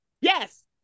yes